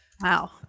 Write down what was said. Wow